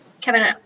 Kevin